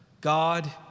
God